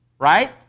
Right